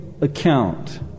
account